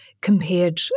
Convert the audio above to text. compared